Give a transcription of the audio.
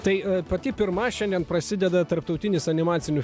tai pati pirma šiandien prasideda tarptautinis animacinių